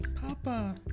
Papa